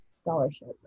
scholarship